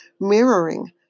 mirroring